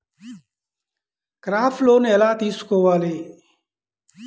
Crop loan ఎలా తీసుకోవాలి?